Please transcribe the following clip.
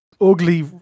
ugly